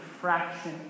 fraction